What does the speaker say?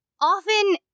often